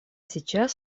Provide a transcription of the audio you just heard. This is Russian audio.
сейчас